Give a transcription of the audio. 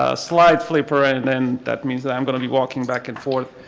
ah slide flipper and and that means that i am going to be walking back and forth.